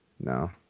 No